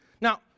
Now